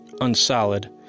unsolid